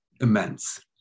immense